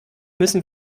müssen